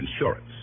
insurance